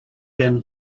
been